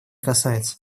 касается